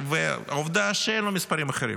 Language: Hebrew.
ועובדה שאין לו מספרים אחרים,